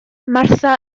martha